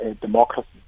democracy